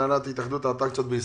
התאחדות האטרקציות.